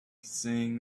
seeing